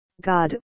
God